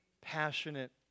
passionate